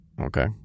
Okay